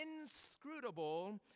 inscrutable